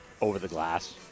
over-the-glass